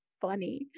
funny